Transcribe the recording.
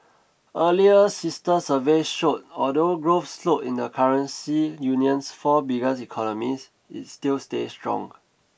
earlier sister surveys showed although growth slowed in the currency union's four biggest economies it still stayed strong